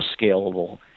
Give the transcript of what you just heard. scalable